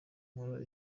nkora